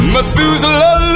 Methuselah